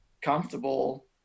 comfortable